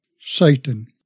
Satan